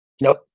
Nope